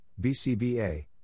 BCBA